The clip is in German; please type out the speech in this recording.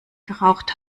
geraucht